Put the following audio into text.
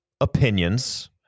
opinions